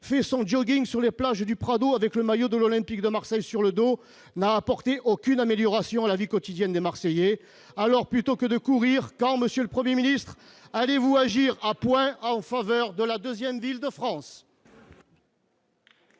fait son jogging sur les plages du Prado avec le maillot de l'Olympique de Marseille sur le dos n'a apporté aucune amélioration à la vie quotidienne des Marseillais. Alors, plutôt que de courir, quand allez-vous agir à point en faveur de la deuxième ville de France ?